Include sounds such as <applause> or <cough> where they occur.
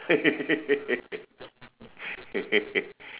<laughs>